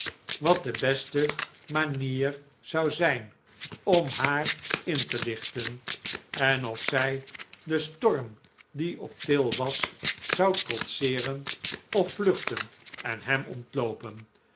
wat de beste manier zou zijn om haar in te lichten en of zij den storm die op til was zou trotseeren of vluchten en hem ontloopen